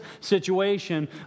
situation